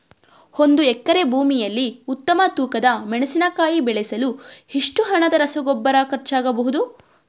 ಒಂದು ಎಕರೆ ಭೂಮಿಯಲ್ಲಿ ಉತ್ತಮ ತೂಕದ ಮೆಣಸಿನಕಾಯಿ ಬೆಳೆಸಲು ಎಷ್ಟು ಹಣದ ರಸಗೊಬ್ಬರ ಖರ್ಚಾಗಬಹುದು?